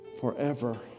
Forever